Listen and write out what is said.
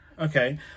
Okay